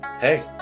Hey